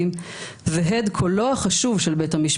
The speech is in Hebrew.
בוקר טוב, היום כ"ח בשבט.